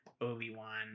obi-wan